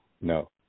No